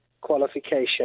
qualification